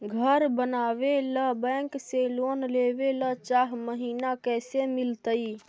घर बनावे ल बैंक से लोन लेवे ल चाह महिना कैसे मिलतई?